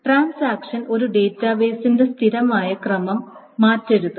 transaction ഒരു ഡാറ്റാബേസിന്റെ സ്ഥിരമായ ക്രമം മാറ്റരുത്